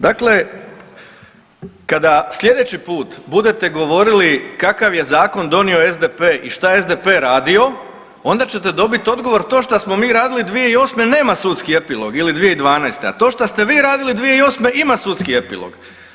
Dakle, kada slijedeći put budete govorili kakav je zakon donio SDP i šta je SDP radio, onda ćete dobiti odgovor to šta smo mi radili 2008. nema sudski epilog ili 2012., a to šte ste vi radili 2008. ima sudski epilog.